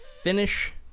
finish